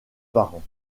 parents